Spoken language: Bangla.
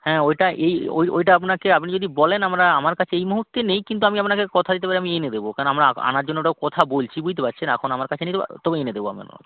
হ্যাঁ ওইটা এই ওইটা আপনাকে আপনি যদি বলেন আমরা আমার কাছে এই মুহুর্তে নেই কিন্তু আমি আপনাকে কথা দিতে পারি আমি এনে দেবো কারণ আমরা আনার জন্য ওটাও কথা বলছি বুঝতে পারছেন এখন আমার কাছে নেই তবে তবে এনে দেবো আমি